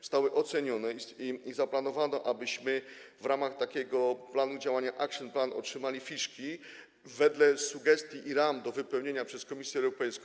Zostały one ocenione i zaplanowano, abyśmy w ramach takiego planu działania, action plan, otrzymali fiszki wedle sugestii i ram do wypełnienia przez Komisję Europejską.